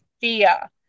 fear